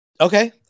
okay